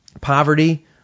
poverty